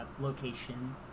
location